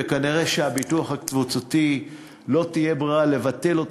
וכנראה שלא תהיה ברירה אלא לבטל אותו,